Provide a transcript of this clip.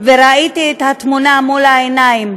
וראיתי את התמונה מול העיניים,